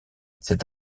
cette